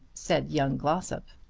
said young glossop.